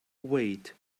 wait